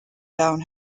down